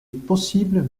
possible